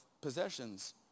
possessions